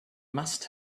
must